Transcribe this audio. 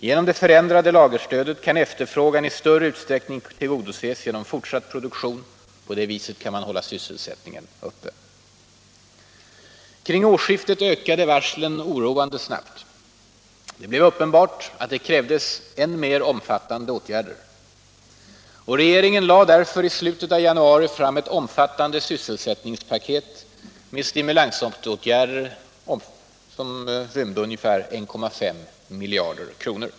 Genom det förändrade lagerstödet kan efterfrågan i större utsträckning tillgodoses genom fortsatt produktion, och på det sättet kan man hålla sysselsättningen uppe. Kring årsskiftet ökade varslen oroande snabbt. Det blev uppenbart att det krävdes än mer omfattande åtgärder. Regeringen lade därför i slutet av januari fram ett omfattande sysselsättningspaket med stimulansåtgärder på inemot 1,5 miljarder kronor.